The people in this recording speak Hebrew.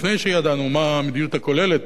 לפני שידענו מה המדיניות הכוללת